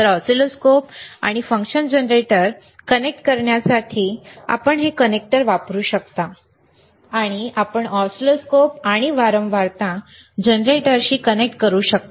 तर ऑसिलोस्कोप आणि function generator connect करण्यासाठी आपण हे कनेक्टर वापरू शकता आणि आपण ऑसिलोस्कोप आणि वारंवारता जनरेटरशी कनेक्ट करू शकता